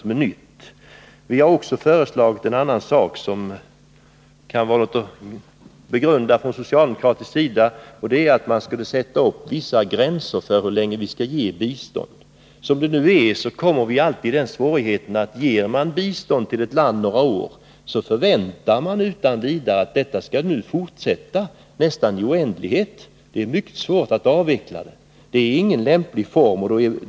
Från centern har vi också ett annat förslag, som kan vara något att begrunda för socialdemokraterna, nämligen att man skulle sätta upp vissa gränser för hur länge vi skall ge bistånd. Om vi ger bistånd till ett land några år, förväntar man alltid att detta bistånd skall fortsätta nästan i oändlighet — det är mycket svårt att avveckla. Som vår biståndspolitik nu är utformad råkar man alltid ut för den svårigheten. Detta är inte någon lämplig form för bistånd.